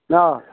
অঁ